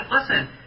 listen